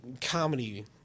comedy